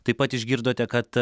taip pat išgirdote kad